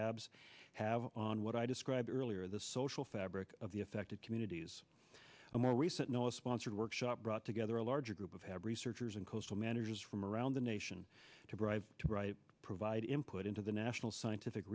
habs have on what i described earlier the social fabric of the affected communities and more recent noah sponsored workshop brought together a larger group of have researchers and coastal managers from around the nation to brive to write provide input into the national scientific